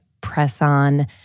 press-on